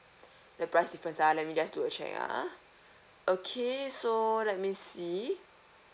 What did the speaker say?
the price difference ah let me just do a check ah okay so let me see